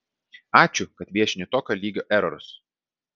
ačiū kad viešini tokio lygio erorus